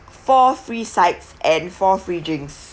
four free sides and and four free drinks